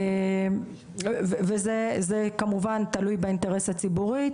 זה כמובן תלוי באינטרס הציבורי,